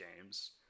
games